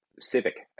civic